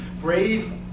brave